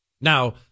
Now